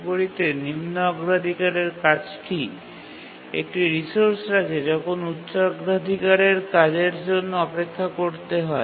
বিপরীতে নিম্ন অগ্রাধিকারের কাজটি একটি রিসোর্স রাখে যখন উচ্চ অগ্রাধিকারের কাজের জন্য অপেক্ষা করতে হয়